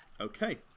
Okay